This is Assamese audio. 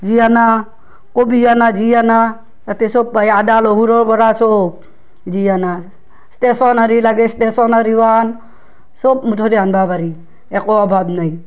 যি আনা কবি আনা যি আনা তাতে চব পাই আদা নহৰুৰপৰা চব যি আনা ষ্টেচনাৰী লাগে ষ্টেচনাৰীও আন চব মুঠতে আনবা পাৰি একো অভাৱ নাই